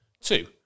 two